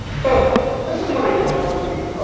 so this is when i did like one of the,